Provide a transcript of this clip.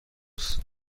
است